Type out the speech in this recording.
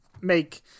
make